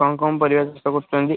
କ'ଣ କ'ଣ ପରିବା ଚାଷ କରୁଛନ୍ତି